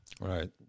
Right